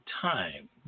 time